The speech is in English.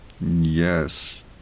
Yes